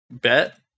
bet